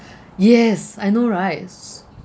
yes I know right